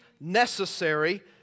necessary